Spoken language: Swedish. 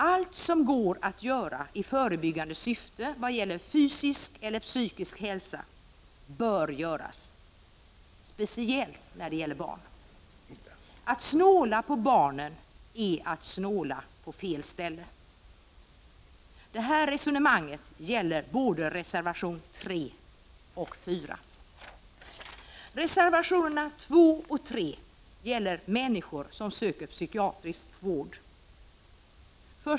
Allt som går att göra i förebyggande syfte när det gäller fysisk eller psykisk hälsa bör göras, särskilt för barn. Att snåla på barn är att snåla på fel ställe. Detta resonemang gäller både reservation nr 3 och reservation nr 4. Reservationerna 2 och 3 gäller människor som söker psykiatrisk vård.